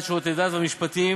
המשרד לשירותי דת והמשפטים.